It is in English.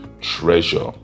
Treasure